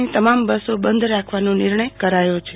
ની તમામ બસો બંધ રાખવાનો નિર્ણય કરાયો છે